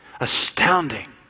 Astounding